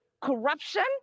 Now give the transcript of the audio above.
corruption